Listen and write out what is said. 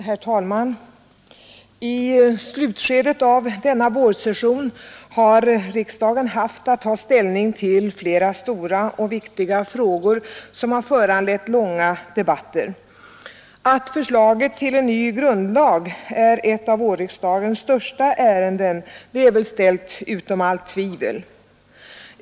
Herr talman! I slutskedet av denna vårsession har riksdagen haft att ta ställning till flera stora och viktiga frågor, som har föranlett långa debatter. Att förslaget till en ny grundlag är ett av vårriksdagens största ärenden är väl ställt utom allt tvivel.